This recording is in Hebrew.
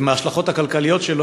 ובהשלכות הכלכליות שלו,